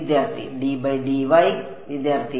വിദ്യാർത്ഥി